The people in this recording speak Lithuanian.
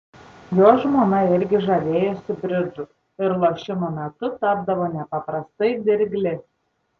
jo žmona irgi žavėjosi bridžu ir lošimo metu tapdavo nepaprastai dirgli